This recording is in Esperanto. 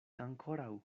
ankoraŭ